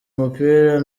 umupira